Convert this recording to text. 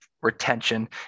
retention